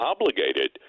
obligated